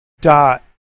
DOT